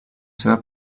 seva